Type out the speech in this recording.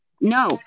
No